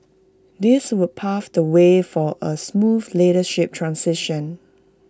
this would pave the way for A smooth leadership transition